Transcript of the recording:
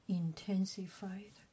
intensified